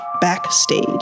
backstage